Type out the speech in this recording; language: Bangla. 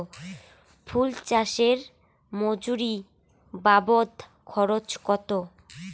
ফুল চাষে মজুরি বাবদ খরচ কত?